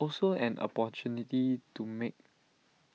also an opportunity to make